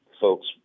folks